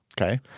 Okay